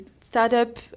startup